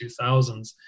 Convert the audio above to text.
2000s